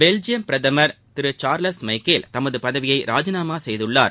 Belgium பிரதமர் திரு Charles Michel தமது பதவியை ராஜினாமா செய்தார்